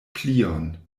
plion